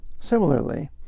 Similarly